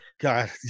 God